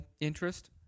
interest